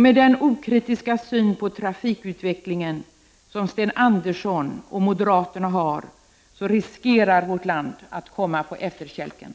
Med den okritiska syn på trafikutvecklingen som Sten Andersson och moderaterna har riskerar vårt land att komma på efterkälken.